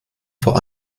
vor